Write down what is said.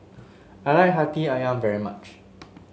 I like Hati ayam very much